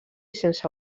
sense